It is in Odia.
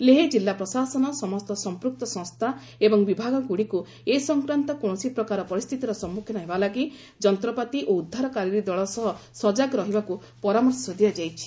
ଲେହ ଜିଲ୍ଲା ପ୍ରଶାସନ ସମସ୍ତ ସଂପୃକ୍ତ ସଂସ୍ଥା ଏବଂ ବିଭାଗଗୁଡ଼ିକୁ ଏ ସଂକ୍ରାନ୍ତ କୌଣସି ପ୍ରକାର ପରିସ୍ଥିତିର ସମ୍ମୁଖୀନ ହେବା ଲାଗି ଯନ୍ତ୍ରପାତି ଓ ଉଦ୍ଧାରକାରୀ ଦଳ ସହ ସଜାଗ ରହିବାକୁ ପରାମର୍ଶ ଦିଆଯାଇଛି